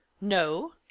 No